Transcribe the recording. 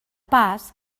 pas